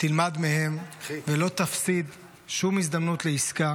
תלמד מהם ולא תפסיד שום הזדמנות לעסקה.